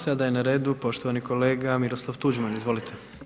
Sada je na redu poštovani kolega Miroslav Tuđman, izvolite.